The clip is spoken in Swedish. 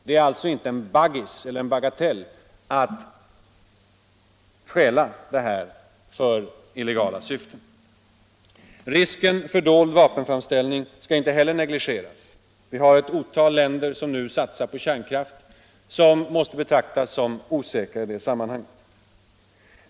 Det är alltså inte en bagatell att stjäla plutonium för illegala syften. Risken för dold vapenframställning får inte heller negligeras — ett otal länder satsar nu på kärnkraft, länder som i detta sammanhang måste betraktas som osäkra.